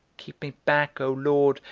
keep me back, o lord,